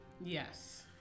Yes